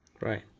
Right